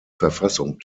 verfassung